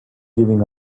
giving